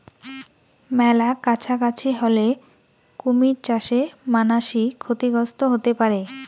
মেলা কাছাকাছি হলে কুমির চাষে মানাসি ক্ষতিগ্রস্ত হতে পারে